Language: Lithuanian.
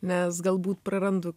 nes galbūt prarandu